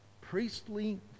priestly